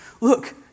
Look